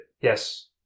Yes